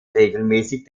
regelmäßig